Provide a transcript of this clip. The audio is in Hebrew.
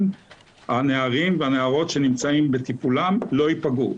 הנערים והנערות שנמצאים בטיפולם לא ייפגעו.